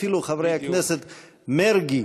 חברי הכנסת מרגי,